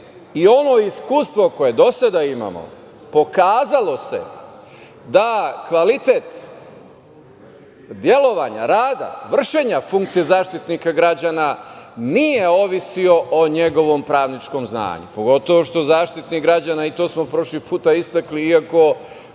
i ono iskustvo koje do sada imamo pokazalo se da kvalitet delovanja rada, vršenja funkcije Zaštitnika građana nije ovisio o njegovom pravničkom znanju, pogotovo što Zaštitnik građana, i to smo prošli put istakli, iako